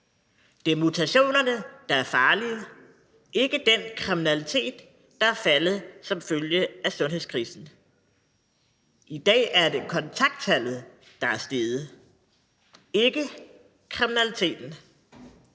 Det er mutationerne, der er farlige, ikke den kriminalitet, der er faldet som følge af sundhedskrisen. I dag er det kontakttallet, der er steget, ikke kriminaliteten.